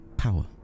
power